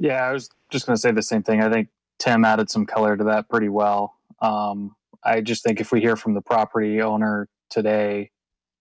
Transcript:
yeah i was just gonna say the same thing i think tam added some color to that pretty well i just think if we hear from the property owner today